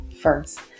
first